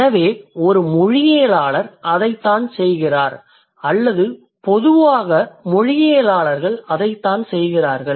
எனவே ஒரு மொழியியலாளர் அதைத்தான் செய்கிறார் அல்லது பொதுவாக மொழியியலாளர்கள் அதைச் செய்கிறார்கள்